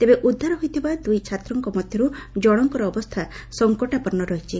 ତେବେ ଉଦ୍ଧାର ହୋଇଥିବା ଦୁଇ ଛାତ୍ରଙ୍କ ମଧ୍ଧରୁ ଜଶଙ୍କର ଅବସ୍ଥା ସଂକଟାପନୁ ଅଛି